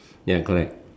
ya correct